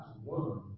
one